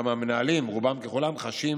גם המנהלים, רובם ככולם, חשים